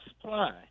supply